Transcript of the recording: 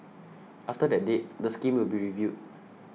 after that date the scheme will be reviewed